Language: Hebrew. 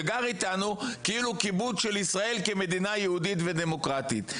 שגר איתנו כאילו כיבוד של ישראל כמדינה יהודית ודמוקרטית.